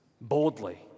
boldly